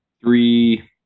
Three